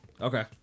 Okay